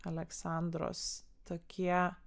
aleksandros tokie